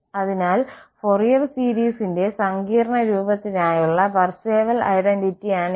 അതിനാൽ ഫൊറിയർ സീരീസിന്റെ സങ്കീർണ്ണ രൂപത്തിനായുള്ള പാർസെവൽ ഐഡന്റിറ്റിയാണിത്